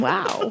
Wow